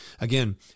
again